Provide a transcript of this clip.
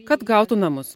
kad gautų namus